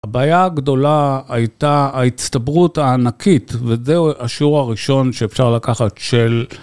הבעיה הגדולה הייתה ההצטברות הענקית וזה השיעור הראשון שאפשר לקחת של.